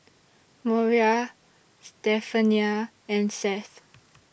Moriah Stephania and Seth